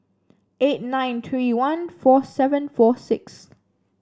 eight nine three one four seven four six